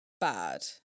bad